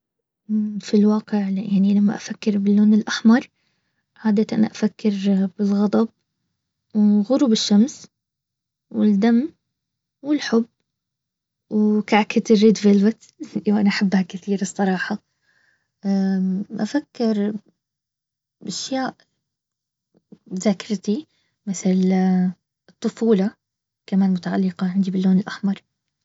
في الواقع يعني لما افكر باللون الاحمر عادة افكر بالغضب وغروب الشمس والدم والحب وكعكة الريد فيلفت لاني حبها كثير الصراحة. افكر اشياء في ذاكرتي مثل الطفولة كمان متعلقه عندي باللون الاحمر